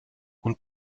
und